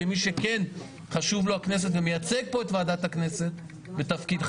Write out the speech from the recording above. כמי שכן חשובה לו הכנסת ומייצג פה את ועדת הכנסת בתפקידך,